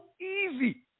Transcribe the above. easy